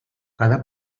cada